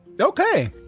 Okay